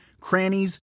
crannies